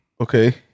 Okay